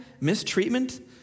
mistreatment